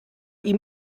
ihm